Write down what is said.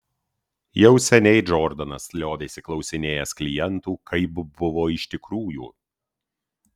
jau seniai džordanas liovėsi klausinėjęs klientų kaip buvo iš tikrųjų